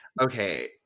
Okay